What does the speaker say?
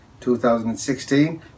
2016